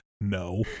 No